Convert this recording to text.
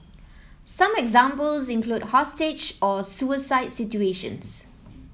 some examples include hostage or suicide situations